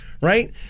right